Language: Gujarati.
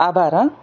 આભાર હં